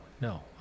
No